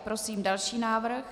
Prosím další návrh.